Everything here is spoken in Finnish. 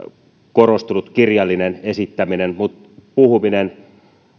korostunut kirjallinen esittäminen mutta puhuminen